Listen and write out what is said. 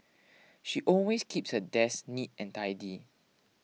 she always keeps her desk neat and tidy